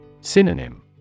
Synonym